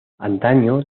antaño